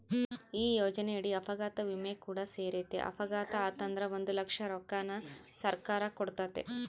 ಈ ಯೋಜನೆಯಡಿ ಅಪಘಾತ ವಿಮೆ ಕೂಡ ಸೇರೆತೆ, ಅಪಘಾತೆ ಆತಂದ್ರ ಒಂದು ಲಕ್ಷ ರೊಕ್ಕನ ಸರ್ಕಾರ ಕೊಡ್ತತೆ